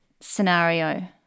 scenario